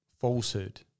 falsehood